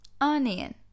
Onion